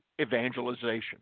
evangelization